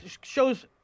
shows